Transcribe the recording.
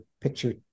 picture